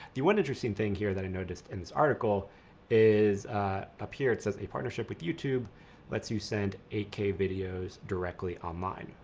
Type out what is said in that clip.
the one interesting thing here that i noticed in this article is up here it says a partnership with youtube lets you send eight k videos directly online.